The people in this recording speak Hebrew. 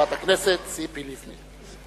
חברת הכנסת ציפי לבני.